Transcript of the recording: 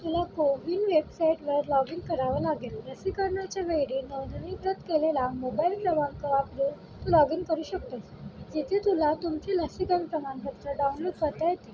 तुला कोविन वेबसाईटवर log in करावं लागेल लसीकरणाच्या वेळी नोंदणीकृत केलेला मोबाईल क्रमांक वापरून तू लॉग इन करू शकतोस जिथे तुला तुमचे लसीकरण प्रमाणपत्रं डाउनलोड करता येतील